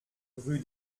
rue